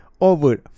over